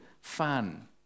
fun